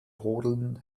rodeln